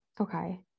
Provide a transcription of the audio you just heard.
okay